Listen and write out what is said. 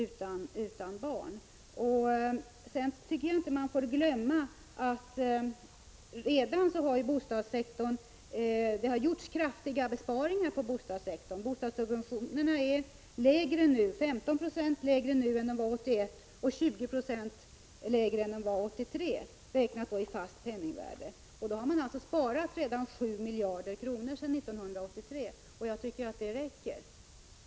Det är vidare viktigt att bostadsbidragen, framför allt till barnfamiljer, förbättras — de har ju försämrats — och att de också kan utgå till hushåll utan barn. Sedan tycker jag inte man får glömma att det redan gjorts kraftiga besparingar på bostadssektorn. Bostadssubventionerna är nu 15 96 lägre än de var 1981 och 20 96 lägre än de var 1983, räknat i fast penningvärde. Det innebär att man där sparat 7 miljarder kronor sedan 1983. Jag tycker att det räcker.